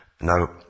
Now